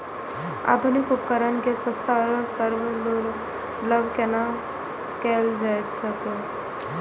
आधुनिक उपकण के सस्ता आर सर्वसुलभ केना कैयल जाए सकेछ?